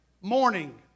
morning